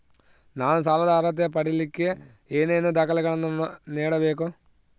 ನಾನು ಸಾಲದ ಅರ್ಹತೆ ಪಡಿಲಿಕ್ಕೆ ಏನೇನು ದಾಖಲೆಗಳನ್ನ ನೇಡಬೇಕು?